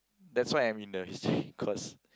that's why I'm in the history course